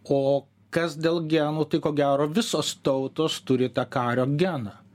o kas dėl genų tai ko gero visos tautos turi tą kario geną